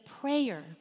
prayer